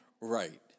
Right